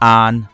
on